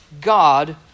God